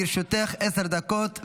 לרשותך עשר דקות.